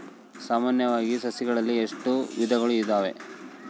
ಸಾಮಾನ್ಯವಾಗಿ ಸಸಿಗಳಲ್ಲಿ ಎಷ್ಟು ವಿಧಗಳು ಇದಾವೆ?